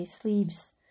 sleeves